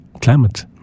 climate